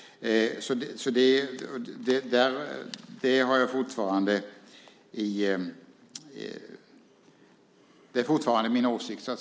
Det är fortfarande min åsikt.